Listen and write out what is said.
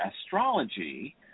astrology